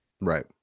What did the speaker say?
Right